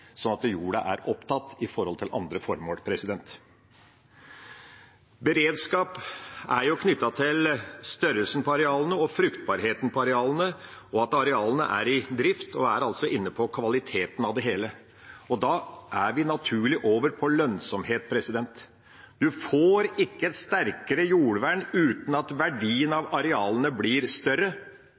sånn at jorden er opptatt – med tanke på andre formål. Beredskap er knyttet til størrelsen på arealene og fruktbarheten på arealene, og at arealene er i drift – man er inne på kvaliteten av det hele. Da er vi naturlig over på lønnsomhet. Man får ikke et sterkere jordvern uten at verdien av arealene blir